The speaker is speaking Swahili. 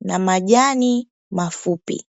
na majani mafupi.